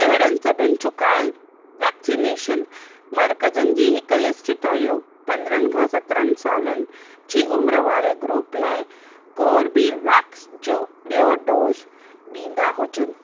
अहिड़नि सभिनी चुकायल वैक्सनेशन मर्कज़नि जी हिकु लिस्टु ठाहियो जेके पंद्रहनि खा सत्रनि सालनि जी उमिरि वारे ग्रूप लाइ कोर्बीवेक्स जो बि॒यों डोज़ ॾींदा हुजनि